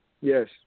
Yes